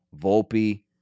Volpe